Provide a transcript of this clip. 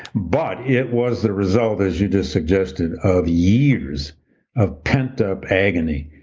but it was the result, as you just suggested, of years of pent up agony,